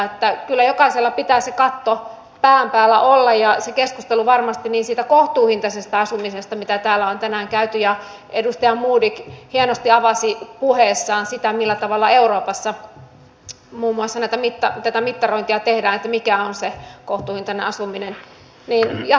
kyllä jokaisella pitää se katto pään päällä olla ja varmasti sitä keskustelua kohtuuhintaisesta asumisesta mitä täällä on tänään käyty edustaja modig hienosti avasi puheessaan sitä millä tavalla muun muassa euroopassa tätä mittarointia tehdään mikä on se kohtuuhintainen asuminen jatkossa myös käymme täällä